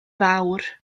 fawr